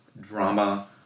drama